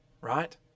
right